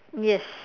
yes